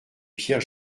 pierre